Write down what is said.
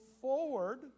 forward